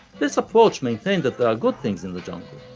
this approach maintained that there are good things in the jungle,